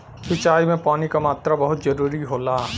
सिंचाई में पानी क मात्रा बहुत जरूरी होला